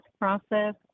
process